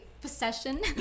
possession